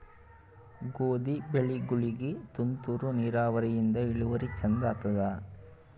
ಗೋಧಿ ಬೆಳಿಗೋಳಿಗಿ ತುಂತೂರು ನಿರಾವರಿಯಿಂದ ಇಳುವರಿ ಚಂದ ಆತ್ತಾದ?